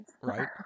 Right